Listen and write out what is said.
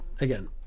again